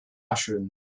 assurance